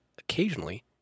Occasionally